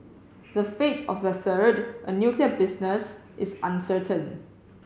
the fate of the third a nuclear business is uncertain